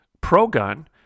pro-gun